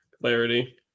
clarity